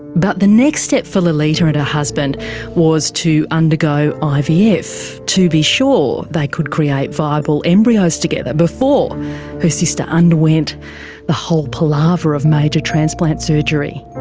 but the next step for lolita and her husband was to undergo ivf to be sure they could create viable embryos together before her sister underwent the whole palaver of major transplant surgery.